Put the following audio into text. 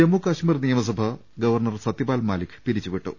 ജമ്മു കശ്മീർ നിയമസഭ ഗവർണർ സത്യപാൽ മാലിക് പിരിച്ചുവിട്ടു